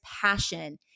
passion